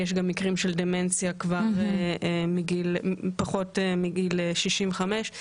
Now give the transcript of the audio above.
יש מקרים של דמנציה פחות מגיל 65,